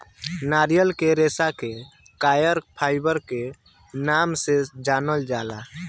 नारियल के रेशा के कॉयर फाइबर के नाम से जानल जाला